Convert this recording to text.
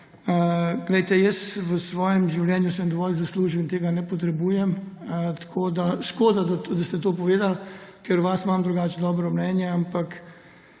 Jaz sem v svojem življenju dovolj zaslužil in tega ne potrebujem. Tako da škoda, da ste to povedali, ker imam o vas drugače dobro mnenje. Ampak